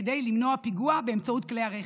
כדי למנוע פיגוע באמצעות כלי רכב.